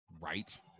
Right